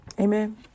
Amen